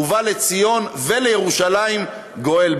ובא לציון ולירושלים גואל,